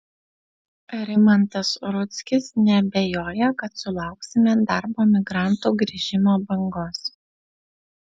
rimantas rudzkis neabejoja kad sulauksime darbo migrantų grįžimo bangos